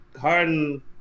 Harden